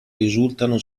risultano